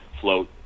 float